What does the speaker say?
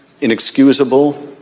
inexcusable